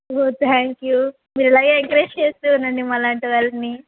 oh thank you మీరు ఇలాగే encourage చేస్తూ ఉండండి మాలాంటి వాళ్ళని